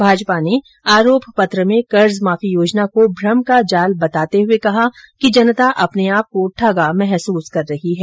भाजपा ने आरोप पत्र मे ंकर्ज माफी योजना को भ्रम का जाल बताते हुए कहा कि जनता अपने आप को ठगा महसूस कर रही है